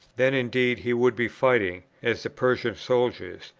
then indeed he would be fighting, as the persian soldiers,